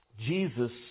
Jesus